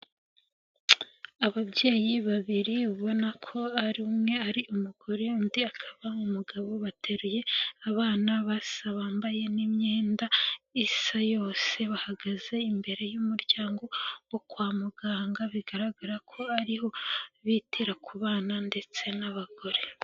Ababyeyi babiri ubona ko ari umwe ari umugore undi akaba umugabo bateruye, abana basa bambaye n'imyenda, isa yose bahagaze imbere y'umuryango, wo kwa muganga bigaragara ko ariho, bitira ku bana ndetse n'abagore.